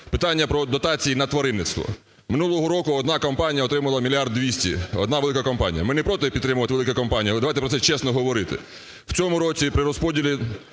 питання про дотації на тваринництво. Минулого року одна компанія отримала 1 мільярд 200, одна велика компанія. Ми не проти підтримувати великі компанії, але давайте про це чесно говорити. В цьому році при розподілі